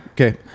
Okay